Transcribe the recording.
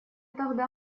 тогда